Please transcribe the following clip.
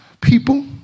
people